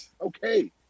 Okay